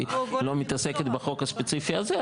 היא לא מתעסקת בחוק הספציפי הזה,